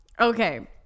Okay